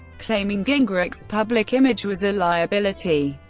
claiming gingrich's public image was a liability.